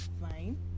fine